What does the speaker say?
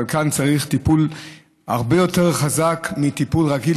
אבל כאן צריך טיפול הרבה יותר חזק מטיפול רגיל,